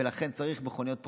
ולכן צריך מכוניות פרטיות.